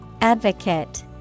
Advocate